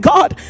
God